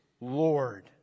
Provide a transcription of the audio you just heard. Lord